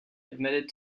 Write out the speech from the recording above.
admitted